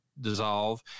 dissolve